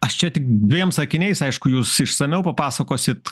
aš čia tik dviem sakiniais aišku jūs išsamiau papasakosit